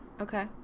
Okay